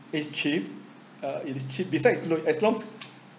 it's cheap uh it is cheap besides it's load as long